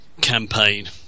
campaign